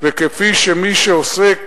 וכפי שמי שעוסק